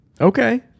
Okay